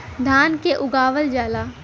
धान के उगावल जाला